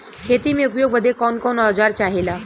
खेती में उपयोग बदे कौन कौन औजार चाहेला?